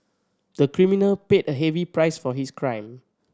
the criminal paid a heavy price for his crime